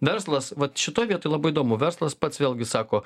verslas vat šitoj vietoj labai įdomu verslas pats vėlgi sako